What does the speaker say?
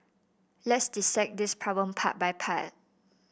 let's dissect this problem part by part